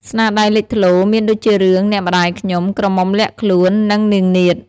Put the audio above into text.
ស្នាដៃលេចធ្លោមានដូចជារឿង អ្នកម្តាយខ្ញុំ ក្រមុំលាក់ខ្លួន និង នាងនាថ។